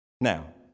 Now